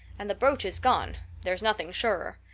and the brooch is gone, there's nothing surer.